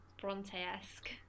bronte-esque